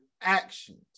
actions